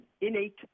innate